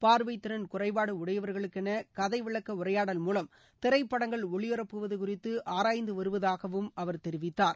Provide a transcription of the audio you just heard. பார்வைத் திறன் குறைபாடு உடையவர்களுக்கென கதைவிளக்க உரையாடல் மூலம் திரைப்படங்கள் ஒளிபரப்புவது குறித்து ஆராய்ந்து வருவதாகவும் அவர் தெரிவித்தார்